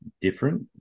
different